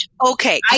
Okay